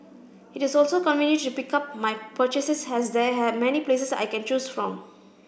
it is also convenient to pick up my purchases as there are many places I can choose from